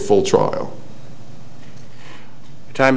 full trial time